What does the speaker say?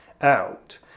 out